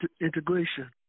integration